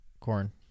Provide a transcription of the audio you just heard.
Corn